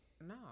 no